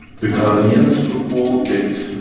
the ghanaians football gate,